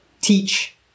teach